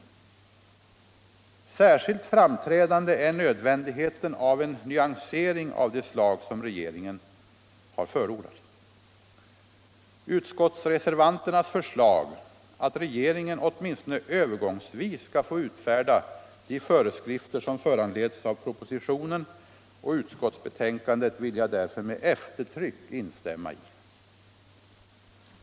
Särskilt framträdande är nödvändigheten av en nyansering av det slag som regeringen har förordat. Utskottsreservanternas förslag att regeringen åtminstone övergångsvis skall få utfärda de föreskrifter som föranleds av propositionen och utskottsbetänkandet vill jag därför med eftertryck instämma i.